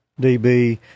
dB